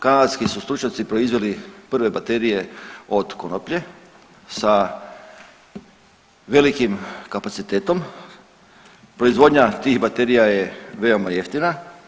Kanadski su stručnjaci proizveli prve baterije od konoplje sa velikim kapacitetom, proizvodnja tih baterija je veoma jeftina.